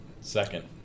Second